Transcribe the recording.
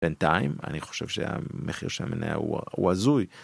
בינתיים אני חושב שהמחיר של המניה הוא הזוי.